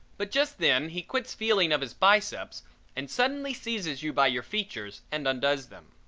but just then he quits feeling of his biceps and suddenly seizes you by your features and undoes them.